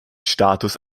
status